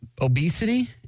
obesity